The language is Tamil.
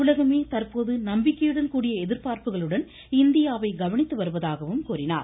உலகமே தற்போது நம்பிக்கையுடன்கூடிய எதிர்பார்ப்புகளுடன் இந்தியாவை கவனித்து வருவதாக அவர் கூறினார்